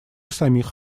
самих